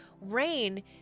Rain